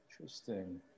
Interesting